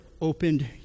opened